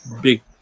big